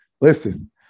Listen